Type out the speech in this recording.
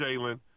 Jalen